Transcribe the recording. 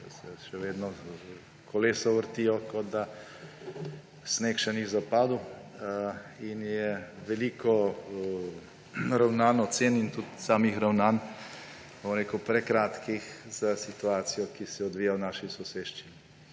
se še vedno vrtijo, kot da sneg še ni zapadel. In je veliko ravnanj, ocen in tudi samih ravnanj prekratkih za situacijo, ki se odvija v naši soseščini.